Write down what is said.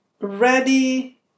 ready